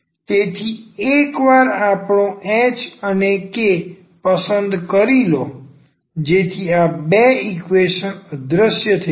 તેથી એક વાર આપણો h અને k પસંદ કરી લો જેથી આ બે ઈકવેશન અહીં અદૃશ્ય થઈ જાય